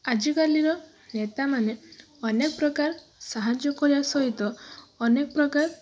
ଆଜିକାଲିର ନେତାମାନେ ଅନେକ ପ୍ରକାର ସାହାଯ୍ୟ କରିବା ସହିତ ଅନେକ ପ୍ରକାର